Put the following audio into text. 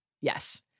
Yes